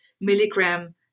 milligram